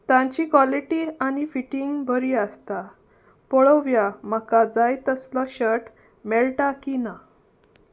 तांची कॉलिटी आनी फिटींग बरी आसता पळोवया म्हाका जाय तसलो शर्ट मेळटा की ना